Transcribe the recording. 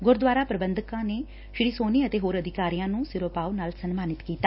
ਗੁਰਦੁਆਰਾ ਪ੍ਰਬੰਧਕਾਂ ਨੇ ਸ੍ਰੀ ਸੋਨੀ ਅਤੇ ਹੋਰ ਅਧਿਕਾਰੀਆਂ ਨੁੰ ਸਿਰੋਪਾਉ ਨਾਲ ਸਨਮਾਨਿਤ ਕੀਤਾ